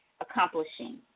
accomplishing